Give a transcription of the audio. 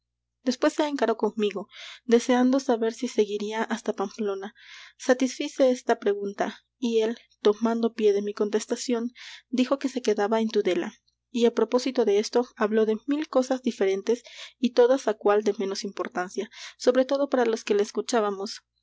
después se encaró conmigo deseando saber si seguiría hasta pamplona satisfice esta pregunta y él tomando pie de mi contestación dijo que se quedaba en tudela y á propósito de esto habló de mil cosas diferentes y todas á cual de menos importancia sobre todo para los que le escuchábamos